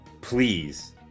please